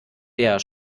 der